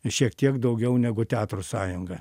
šiek tiek daugiau negu teatro sąjunga